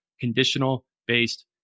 conditional-based